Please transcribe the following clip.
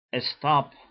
stop